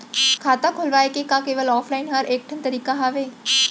खाता खोलवाय के का केवल ऑफलाइन हर ऐकेठन तरीका हवय?